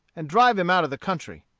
and drive him out of the country.